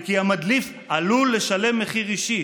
וכי המדליף עלול לשלם מחיר אישי,